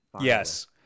Yes